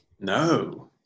No